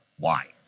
why?